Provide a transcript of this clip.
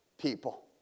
people